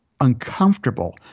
uncomfortable